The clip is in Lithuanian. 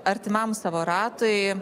artimam savo ratui